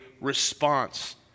response